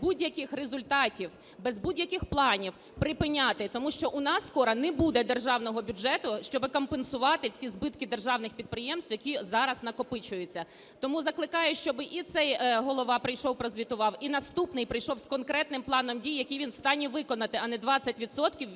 будь-яких результатів, без будь-яких планів припиняти, тому що у нас скоро не буде державного бюджету, щоб компенсувати всі збитки державних підприємств, які зараз накопичуються. Тому закликаю, щоб і цей голова прийшов прозвітував, і наступний прийшов з конкретним планом дій, які він в стані виконати, а не 20 відсотків